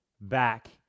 back